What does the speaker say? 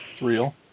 real